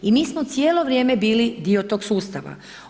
I mi smo cijelo vrijeme bili dio tog sustava.